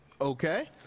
Okay